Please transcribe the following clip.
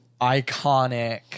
iconic